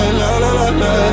la-la-la-la